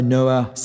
Noah